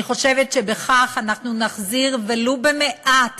אני חושבת שבכך אנחנו נחזיר ולו במעט